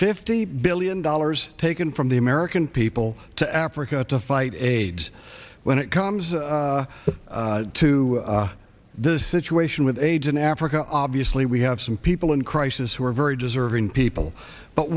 fifty billion dollars taken from the american people to africa to fight aids when it comes to the situation with aids in africa obviously we have some people in crisis who are very deserving people but